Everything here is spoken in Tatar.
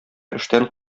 эштән